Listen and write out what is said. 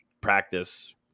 practice